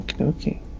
Okay